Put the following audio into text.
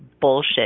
bullshit